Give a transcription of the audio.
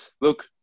Look